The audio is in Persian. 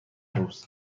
روز